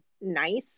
nice